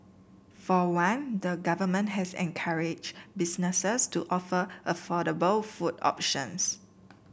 for one the Government has encouraged businesses to offer affordable food options